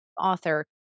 author